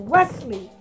Wesley